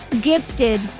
gifted